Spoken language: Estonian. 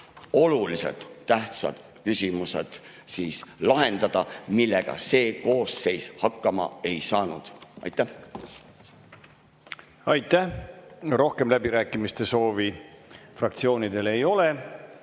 olulised tähtsad küsimused, millega see koosseis hakkama ei saanud. Aitäh! Aitäh! Rohkem läbirääkimiste soovi fraktsioonidel ei ole,